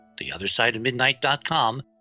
TheOthersideOfMidnight.com